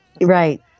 Right